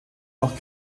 noch